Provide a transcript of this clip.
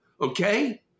Okay